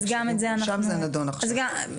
שם זה נדון עכשיו.